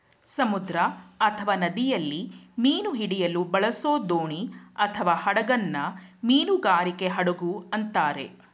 ಸಮುದ್ರ ಅಥವಾ ನದಿಯಲ್ಲಿ ಮೀನು ಹಿಡಿಯಲು ಬಳಸೋದೋಣಿಅಥವಾಹಡಗನ್ನ ಮೀನುಗಾರಿಕೆ ಹಡಗು ಅಂತಾರೆ